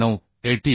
9 atn